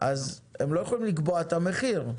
אז הם לא יכולים לקבוע את המחיר.